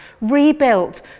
rebuilt